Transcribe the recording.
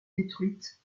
détruites